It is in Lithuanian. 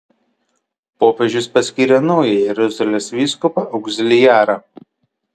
popiežius paskyrė naują jeruzalės vyskupą augziliarą